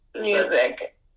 music